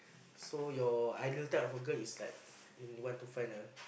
so you're ideal type of a girl is like you want to find a